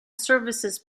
services